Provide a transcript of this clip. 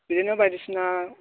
बिदिनो बायदिसिना